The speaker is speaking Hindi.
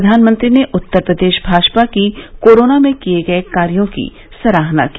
प्रधानमंत्री ने उत्तर प्रदेश भाजपा की कोरोना में किये गये कार्यो की सराहना की